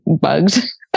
bugs